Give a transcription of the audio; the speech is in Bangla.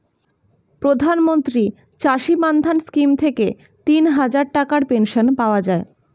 প্রধানমন্ত্রী চাষী মান্ধান স্কিম থেকে তিনহাজার টাকার পেনশন পাওয়া যায়